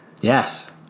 Yes